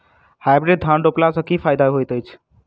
Hybrid धान रोपला सँ की फायदा होइत अछि?